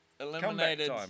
Eliminated